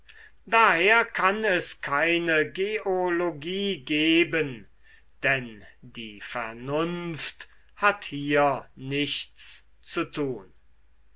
daher kann es keine geologie geben denn die vernunft hat hier nichts zu tun